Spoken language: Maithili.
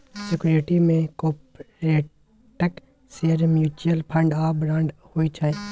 सिक्युरिटी मे कारपोरेटक शेयर, म्युचुअल फंड आ बांड होइ छै